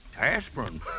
Aspirin